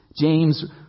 James